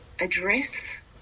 address